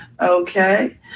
Okay